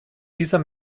dieser